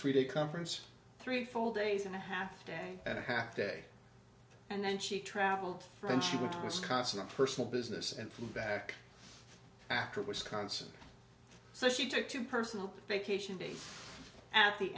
three day conference three full days and a half day and a half day and then she travelled from she was constant personal business and from back after wisconsin so she took two personal vacation days at the